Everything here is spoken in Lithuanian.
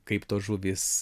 kaip tos žuvys